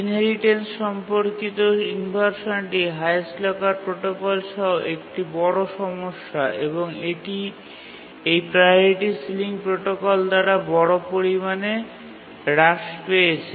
inheritance সম্পর্কিত ইনভারশানটি highest locker protocol সহ একটি বড় সমস্যা এবং এটি এই প্রাওরিটি সিলিং প্রোটোকল দ্বারা বড় পরিমাণে হ্রাস পেয়েছে